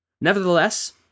Nevertheless